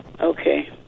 Okay